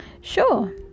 sure